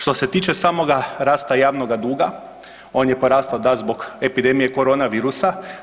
Što se tiče samoga rasta javnoga duga on je porastao da zbog epidemije corona virusa.